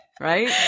right